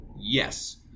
Yes